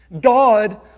God